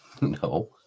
No